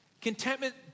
contentment